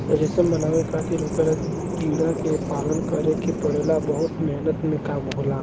रेशम बनावे खातिर ओकरा कीड़ा के पालन करे के पड़ेला बहुत मेहनत के काम होखेला